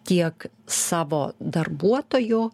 tiek savo darbuotojų